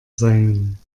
seien